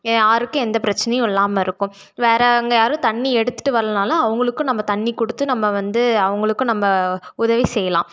ஆ யாருக்கும் எந்த பிரச்சினையும் இல்லாமல் இருக்கும் வேறு அங்கே யாரும் தண்ணி எடுத்துகிட்டு வர்லைனாலும் அவர்களுக்கும் நம்ப தண்ணி கொடுத்து நம்ப வந்து அவர்களுக்கும் நம்ப உதவி செய்யலாம்